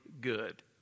good